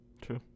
True